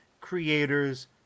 creators